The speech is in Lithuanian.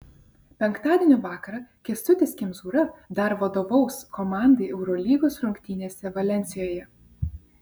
penktadienio vakarą kęstutis kemzūra dar vadovaus komandai eurolygos rungtynėse valensijoje